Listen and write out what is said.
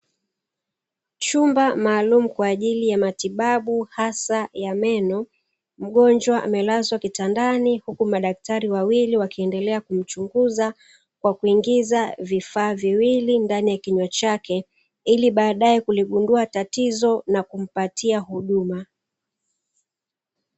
Chumba maalumu kwaajili ya matibabu hasa ya meno mgonjwa amelazwa kitandani huku madaktari wawili wakizidi kumchunguza ili kutaatua tatizo na kumpatia huduma